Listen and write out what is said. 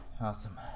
Awesome